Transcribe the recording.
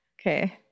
Okay